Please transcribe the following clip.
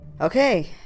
okay